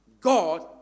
God